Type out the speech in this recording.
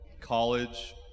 college